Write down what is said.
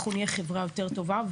אנחנו נהיה חברה יותר טובה.